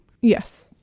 Yes